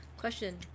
Question